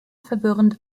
verwirrend